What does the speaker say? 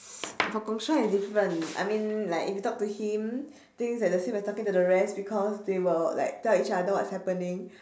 for gong shuai is different I mean like if you talk to him things at the same you talking to the rest because they will like tell each other what's happening